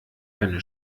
keine